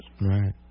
Right